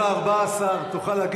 מה לא?